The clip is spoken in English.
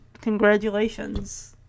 Congratulations